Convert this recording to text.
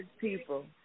people